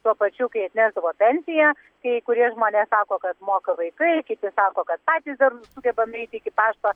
tuo pačiu kai atnešdavo pensiją kai kurie žmonės sako kad moka vaikai kiti sako kad patys dar sugeba nueiti iki pašta